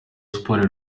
sports